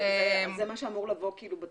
זה מה שאמור לבוא בתקנות?